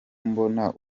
mbona